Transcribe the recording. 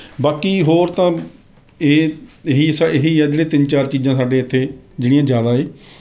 ਬਾਕੀ ਹੋਰ ਤਾਂ ਇਹ ਇਹੀ ਆ ਜਿਹੜੀਆਂ ਤਿੰਨ ਚਾਰ ਚੀਜ਼ਾਂ ਸਾਡੇ ਇੱਥੇ ਜਿਹੜੀਆਂ ਜ਼ਿਆਦਾ ਏ